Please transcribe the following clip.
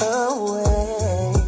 away